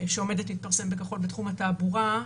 שעומדת להתפרסם בקרוב בתחום התעבורה,